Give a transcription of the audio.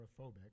agoraphobic